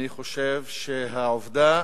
אני חושב שהעובדה